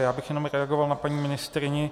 Já bych jenom reagoval na paní ministryni.